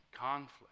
conflict